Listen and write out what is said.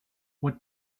what